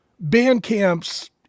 Bandcamp's